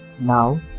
Now